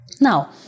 Now